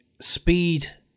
speed